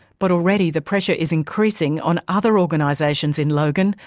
but already the pressure is increasing on other organisations in logan,